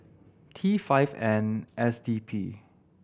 T five N S D P